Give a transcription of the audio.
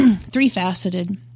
three-faceted